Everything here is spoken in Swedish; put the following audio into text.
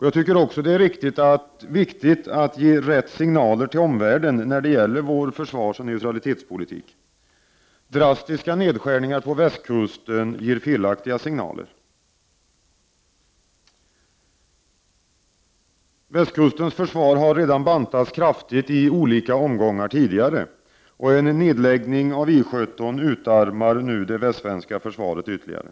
Jag tycker också det är viktigt att ge rätt signaler till omvärlden när det gäller vårt försvar och vår neutralitetspolitik. Drastiska nedskärningar på västkusten ger felaktiga signaler. Västkustens försvar har redan tidigare bantats mycket kraftigt i olika omgångar. En nedläggning av I 17 utarmar det västsvenska försvaret ytterligare.